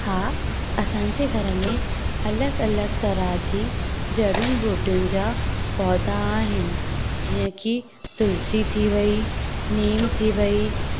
हा असांजे घर में अलॻि अलॻि तरह जी जड़ियुनि बूटीयुनि जा पौधा आहिनि जीअं कि तुलसी थी वई नीम थी वई